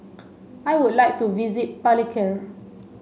I would like to visit Palikir